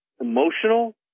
emotional